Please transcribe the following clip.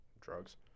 Drugs